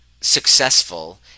successful